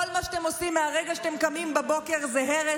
כל מה שאתם עושים מהרגע שאתם קמים בבוקר זה הרס,